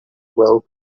well